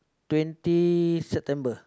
twenty September